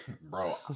Bro